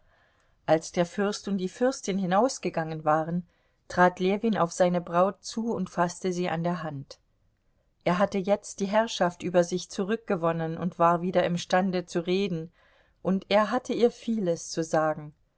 als der fürst und die fürstin hinausgegangen waren trat ljewin auf seine braut zu und faßte sie an der hand er hatte jetzt die herrschaft über sich zurückgewonnen und war wieder im stande zu reden und er hatte ihr vieles zu sagen